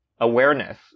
awareness